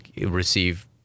receive